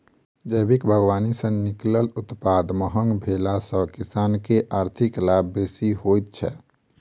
जैविक बागवानी सॅ निकलल उत्पाद महग भेला सॅ किसान के आर्थिक लाभ बेसी होइत छै